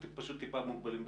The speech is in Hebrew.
אנחנו פשוט טיפה מוגבלים בזמן.